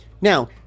Now